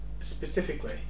specifically